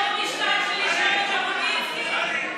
תסתום את הפה.